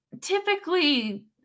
typically